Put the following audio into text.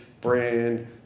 brand